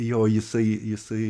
jo jisai jisai